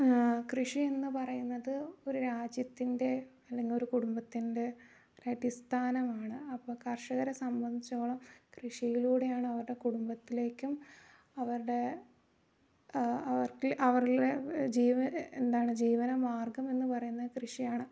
കൃഷി എന്നു പറയുന്നത് ഒരു രാജ്യത്തിൻ്റെ അല്ലെങ്കിൽ ഒരു കുടുംബത്തിൻ്റെ ഒരു അടിസ്ഥാനമാണ് അപ്പം കർഷകരെ സംബന്ധിച്ചിടത്തോളം കൃഷിയിലൂടെയാണ് അവരുടെ കുടുംബത്തിലേക്കും അവരുടെ അവർക്ക് അവരുടെ എന്താണ് ജീവന മാർഗ്ഗം എന്നു പറയുന്നത് കൃഷിയാണ്